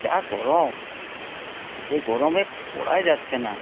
যা গরম এই গরমে পড়াই যাচ্ছে না